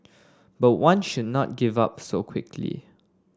but one should not give up so quickly